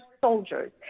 soldiers